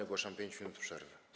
Ogłaszam 5 minut przerwy.